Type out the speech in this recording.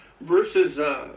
versus